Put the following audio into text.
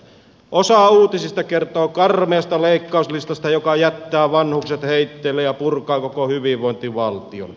osa uutisista kertoo karmeasta leikkauslistasta joka jättää vanhukset heitteille ja purkaa koko hyvinvointivaltion